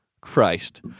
Christ